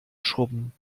schrubben